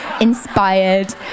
inspired